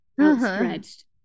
outstretched